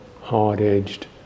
hard-edged